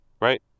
Right